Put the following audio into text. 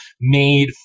made